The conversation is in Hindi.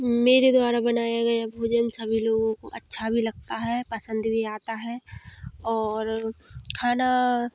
मेरे द्वारा बनाए गए भोजन सभी लोगों को अच्छा भी लगता है पसंद भी आता है और खाना